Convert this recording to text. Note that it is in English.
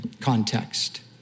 context